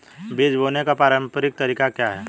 बीज बोने का पारंपरिक तरीका क्या है?